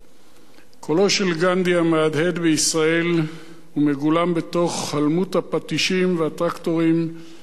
קולו של גנדי המהדהד בישראל ומגולם בתוך הלמות הפטישים והטרקטורים ובתוך